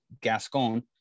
Gascon